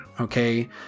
okay